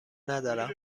ندارم